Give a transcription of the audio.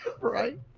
Right